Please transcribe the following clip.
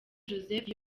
joseph